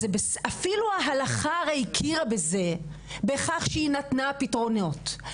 אפילו ההלכה הרי הכירה בזה בכך שהיא נתנה פתרונות,